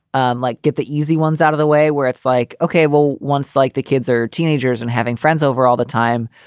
and like get the easy ones out of the way where it's like, okay, well, once, like the kids are teenagers and having friends over all the time,